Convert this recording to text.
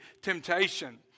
temptation